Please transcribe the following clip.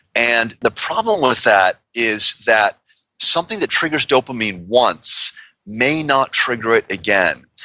and the problem with that is that something that triggers dopamine once may not trigger it again,